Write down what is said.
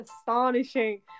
astonishing